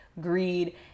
greed